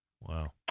Wow